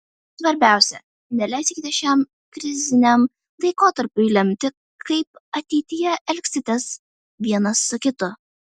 svarbiausia neleiskite šiam kriziniam laikotarpiui lemti kaip ateityje elgsitės vienas su kitu